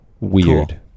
Weird